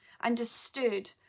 understood